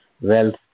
wealth